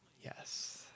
Yes